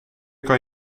kan